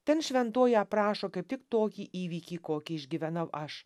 ten šventoji aprašo kaip tik tokį įvykį kokį išgyvenau aš